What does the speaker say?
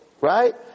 right